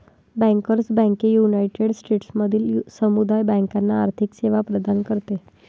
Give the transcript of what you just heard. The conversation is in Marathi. बँकर्स बँक युनायटेड स्टेट्समधील समुदाय बँकांना आर्थिक सेवा प्रदान करते